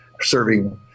serving